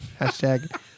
Hashtag